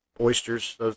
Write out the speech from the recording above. Oysters